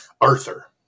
Arthur